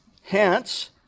Hence